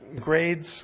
grades